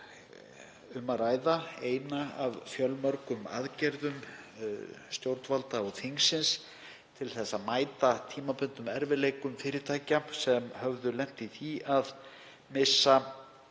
um að ræða eina af fjölmörgum aðgerðum stjórnvalda og þingsins til að mæta tímabundnum erfiðleikum fyrirtækja sem höfðu lent í því að missa